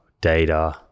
data